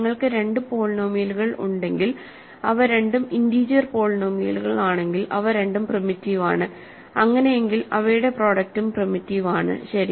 നിങ്ങൾക്ക് രണ്ട് പോളിനോമിയലുകൾ ഉണ്ടെങ്കിൽ അവ രണ്ടും ഇന്റീജർ പോളിനോമിയലുകളാണെങ്കിൽ അവ രണ്ടും പ്രിമിറ്റീവ് ആണ്അങ്ങിനെയെങ്കിൽ അവയുടെ പ്രോഡക്റ്റും പ്രിമിറ്റീവ് ആണ്ശരി